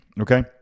okay